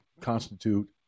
constitute